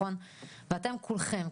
אתם כולכם,